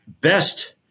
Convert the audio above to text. best